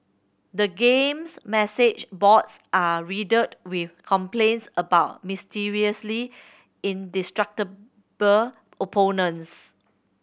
the game's message boards are riddled with complaints about mysteriously indestructible opponents